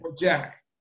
Jack